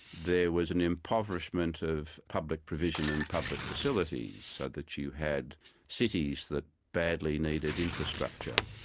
there was an impoverishment of public provision and public facilities, so that you had cities that badly needed infrastructure,